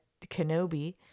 Kenobi